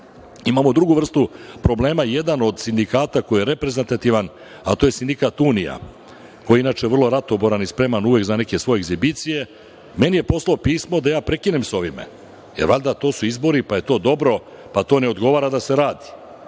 drugu vrstu problema. Jedan od sindikata koji je reprezentativan, a to je sindikat „Unija“, koji je inače vrlo ratoboran i spreman uvek za neke svoje egzibicije, meni je poslao pismo da ja prekinem sa ovim, jer valjda tu su izbori, pa je to dobro, pa to ne odgovara da se radi.